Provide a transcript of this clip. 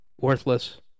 Worthless